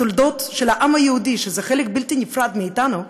בתולדות העם היהודי, שזה חלק בלתי נפרד מאתנו,